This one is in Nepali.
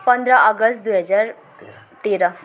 पन्ध्र अगस्ट दुई हजार तेह्र